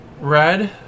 red